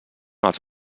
els